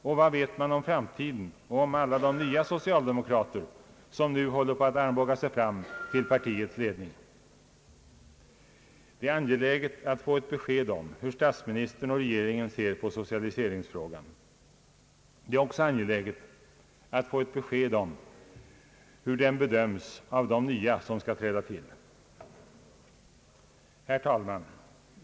Och vad vet man om framtiden och om alla de nya socialdemokrater som nu håller på att armbåga sig fram till partiets ledning? Det är angeläget att få ett besked om hur statsministern — och regeringen över huvud taget — ser på socialiseringsfrågan. Det är också angeläget att få besked om hur denna fråga bedöms av de nya som skall träda till. Herr talman!